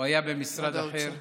הוא היה במשרד אחר.